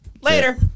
Later